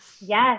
Yes